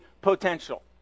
potential